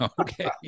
Okay